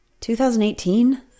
2018